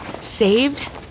Saved